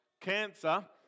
cancer